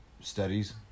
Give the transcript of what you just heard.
Studies